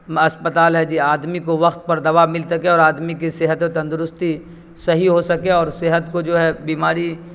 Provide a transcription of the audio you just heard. اسپتال ہے جی آدمی کو وقت پر دوا مل سکے اور آدمی کی صحت و تندرستی صحیح ہو سکے اور صحت کو جو ہے بیماری